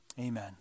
Amen